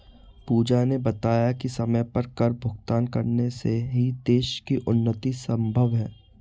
पूजा ने बताया कि समय पर कर भुगतान करने से ही देश की उन्नति संभव है